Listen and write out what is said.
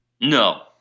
No